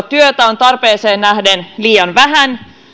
työtä on tarpeeseen nähden liian vähän